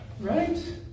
Right